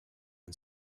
can